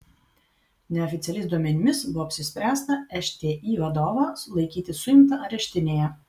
neoficialiais duomenimis buvo apsispręsta šti vadovą laikyti suimtą areštinėje